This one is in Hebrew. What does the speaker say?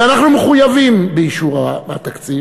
ואנחנו מחויבים באישור התקציב,